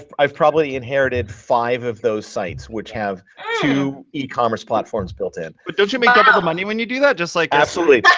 i've probably inherited five of those sites which have two e-commerce platforms built in. but don't you make double the money when you do that? like absolutely. but